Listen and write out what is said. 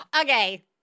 Okay